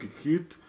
hit